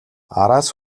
араас